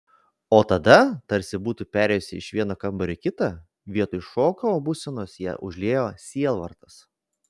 o tada tarsi būtų perėjusi iš vieno kambario į kitą vietoj šoko būsenos ją užliejo sielvartas